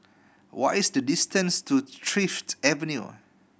what is the distance to Thrift